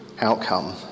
outcome